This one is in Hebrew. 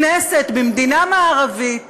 כנסת במדינה מערבית